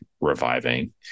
reviving